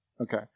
Okay